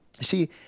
See